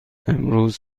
امروز